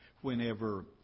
whenever